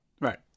right